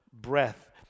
breath